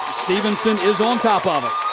stephenson is on top of